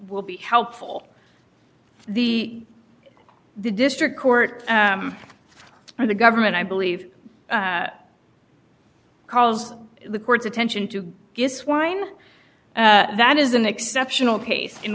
will be helpful the district court for the government i believe called the court's attention to get swine that is an exceptional case in